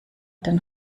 den